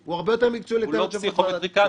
הם הטעו את חברי הכנסת.